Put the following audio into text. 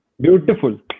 beautiful